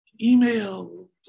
email